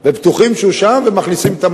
שהוא שם.